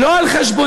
לא על חשבוננו.